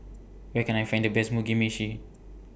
Where Can I Find The Best Mugi Meshi